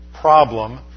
problem